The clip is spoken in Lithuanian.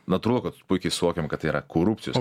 natūralu kad puikiai suvokiam kad tai yra korupcijos